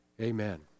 amen